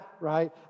right